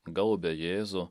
gaubia jėzų